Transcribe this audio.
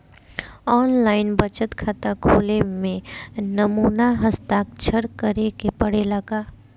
आन line बचत खाता खोले में नमूना हस्ताक्षर करेके पड़ेला का?